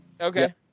Okay